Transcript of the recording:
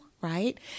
Right